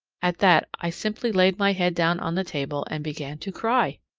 at that i simply laid my head down on the table and began to cry!